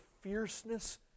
fierceness